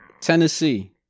tennessee